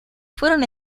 fueron